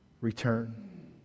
return